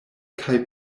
kaj